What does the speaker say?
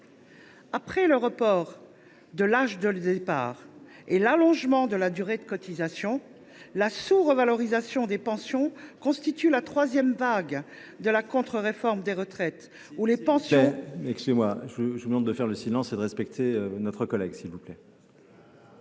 Après le report de l’âge de départ à la retraite et l’allongement de la durée de cotisation, la sous revalorisation des pensions constitue la troisième vague de la contre réforme des retraites : les pensions